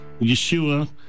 Yeshua